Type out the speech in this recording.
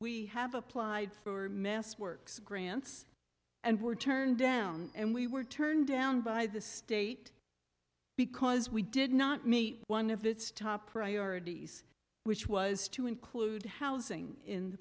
we have applied for mass works grants and were turned down and we were turned down by the state because we did not meet one of its top priorities which was to include housing in